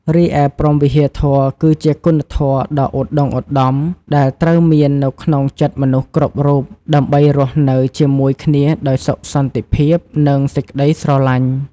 រីឯព្រហ្មវិហារធម៌ គឺជាគុណធម៌ដ៏ឧត្តុង្គឧត្តម ដែលត្រូវមាននៅក្នុងចិត្តមនុស្សគ្រប់រូប ដើម្បីរស់នៅជាមួយគ្នាដោយសុខសន្តិភាព និងសេចក្តីស្រឡាញ់។